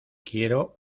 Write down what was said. quiero